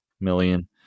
million